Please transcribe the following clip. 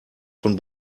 von